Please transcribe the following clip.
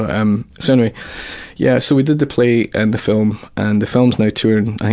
um so anyway, yeah so we did the play and the film, and the film is now touring i